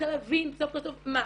אמרתי שאני רוצה להבין סוף כל סוף מה.